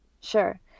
sure